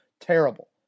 Terrible